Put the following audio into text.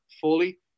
fully